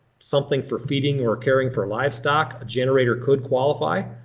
something for feeding or caring for livestock. a generator could qualify.